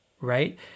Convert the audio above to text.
right